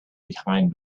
behind